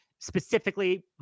Specifically